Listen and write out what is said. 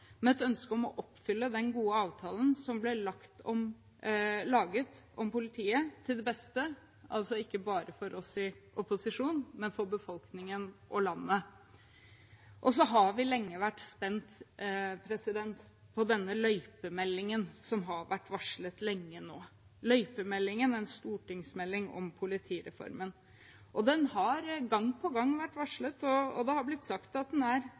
med et ønske om å oppfylle den gode avtalen som ble laget om politiet, til beste ikke bare for oss i opposisjon, men for befolkningen og landet. Så har vi lenge vært spent på denne løypemeldingen som har vært varslet lenge nå, en stortingsmelding om politireformen. Den har gang på gang vært varslet, og det har blitt sagt at den er